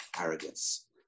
arrogance